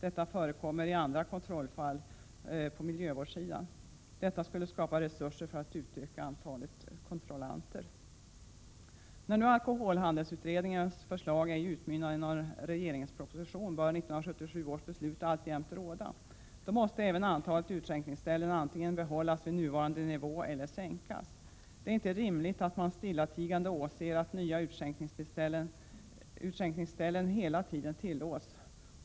Detta förekommer i andra kontrollfall på miljövårdssidan. Härigenom skulle det skapas resurser för en utökning av antalet kontrollanter. När nu alkoholhandelsutredningens förslag ej utmynnade i någon proposition bör 1977 års beslut alltjämt gälla. Då måste även antalet utskänkningsställen antingen behållas vid nuvarande nivå eller sänkas. Det är inte rimligt att man stillatigande åser att nya utskänkningsställen hela tiden tillåts.